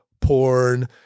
porn